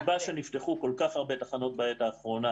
זאת הסיבה שנפתחו כל כך תחנות בעת האחרונה